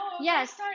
yes